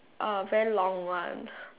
uh very long one